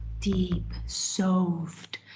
deep, so soft